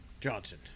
Johnson